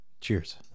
Cheers